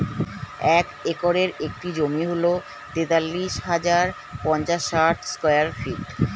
এক একরের একটি জমি হল তেতাল্লিশ হাজার পাঁচশ ষাট স্কয়ার ফিট